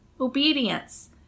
obedience